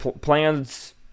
Plans